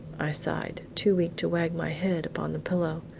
i sighed, too weak to wag my head upon the pillow.